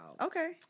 Okay